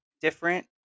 different